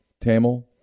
Tamil